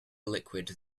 liquid